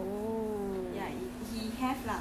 it's like the blood disorder thing